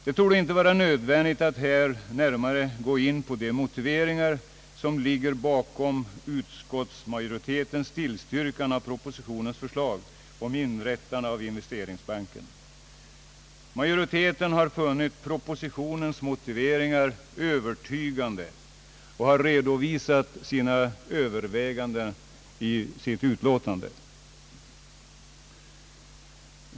Det torde inte vara nödvändigt att här närmare gå in på de motiveringar, som ligger bakom utskottsmajoritetens tillstyrkande av propositionens förslag om inrättande av investeringsbanken. Majoriteten har funnit propositionens motiveringar övertygande och har redovisat sina överväganden i utlåtandet.